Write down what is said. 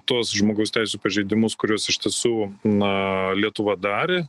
tuos žmogaus teisių pažeidimus kuriuos iš tiesų na lietuva darė